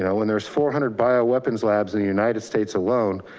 yeah when there's four hundred bio weapons labs in the united states alone,